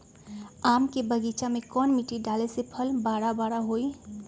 आम के बगीचा में कौन मिट्टी डाले से फल बारा बारा होई?